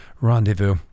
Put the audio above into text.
rendezvous